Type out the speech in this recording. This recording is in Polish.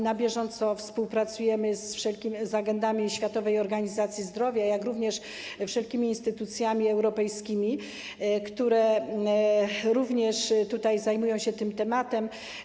Na bieżąco współpracujemy z wszelkimi z agendami Światowej Organizacji Zdrowia, jak również z wszelkimi instytucjami europejskimi, które również zajmują się tym tematem.